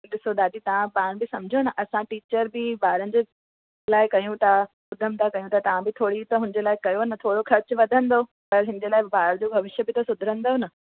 ॾिसो दादी तव्हां पाण बि समुझो न असां टीचर बि ॿारनि जे लाइ कयूं था उधम था कयूं त तव्हां बि थोरी त हुनजे लाइ कयो न थोरो ख़र्चु वधंदो पर हिनजे लाइ ॿार जो बि भविष्य बि सुधरंदव न